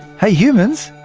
hey humans,